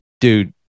dude